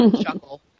chuckle